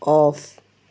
off